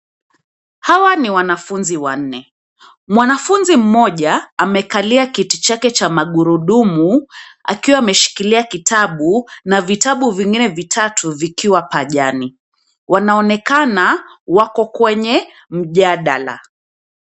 Hawa ni wanafunzi wanne; mwanafunzi mmoja amekalia kiti chake cha magurudumu akiwa ameshikilia kitabu na vitabu vingine vitatu vikiwa pajani. Wanaonekana wako kwenye mjadala.